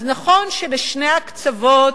אז נכון שבשני הקצוות,